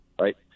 Right